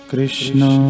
Krishna